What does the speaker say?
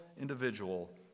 individual